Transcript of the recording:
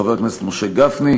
חבר הכנסת משה גפני,